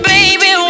Baby